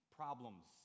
problems